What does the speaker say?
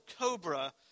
cobra